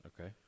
Okay